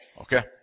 Okay